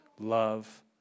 Love